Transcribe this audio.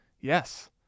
Yes